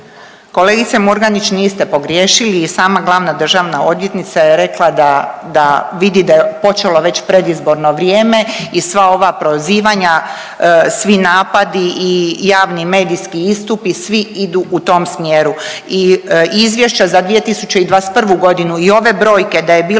Kolegice Murgnić niste pogriješili i sama glavna državna odvjetnica da vidi da je počelo već predizborno vrijeme i sva ova prozivanja, svi napadi i javni medijski istupi svi idu u tom smjeru. I izvješća za 2021.g. i ove brojke da je bilo